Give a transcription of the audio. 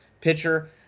pitcher